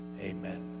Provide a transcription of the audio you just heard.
Amen